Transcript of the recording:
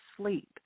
sleep